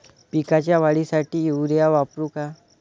पिकाच्या वाढीसाठी युरिया वापरू का?